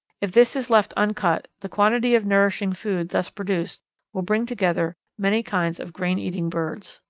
if this is left uncut the quantity of nourishing food thus produced will bring together many kinds of grain-eating birds.